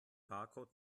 barcode